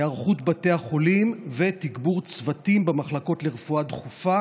היערכות בתי החולים ותגבור צוותים במחלקות לרפואה דחופה